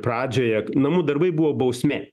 pradžioje namų darbai buvo bausmė